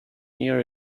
near